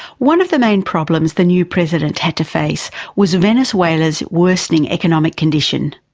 one of the main problems the new president had to face was venezuela's worsening economic condition.